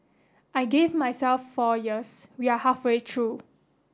I gave myself four years we are halfway through